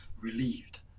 relieved